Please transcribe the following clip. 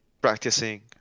practicing